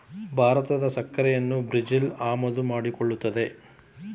ಭಾರತದ ಸಕ್ಕರೆನಾ ಬ್ರೆಜಿಲ್ ಆಮದು ಮಾಡಿಕೊಳ್ಳುತ್ತದೆ